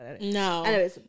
no